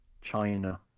China